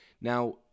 Now